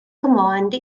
command